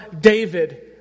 David